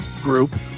group